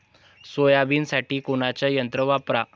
सोयाबीनसाठी कोनचं यंत्र वापरा?